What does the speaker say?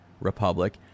Republic